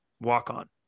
walk-on